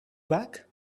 back